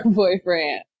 boyfriend